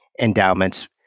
endowments